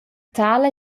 tala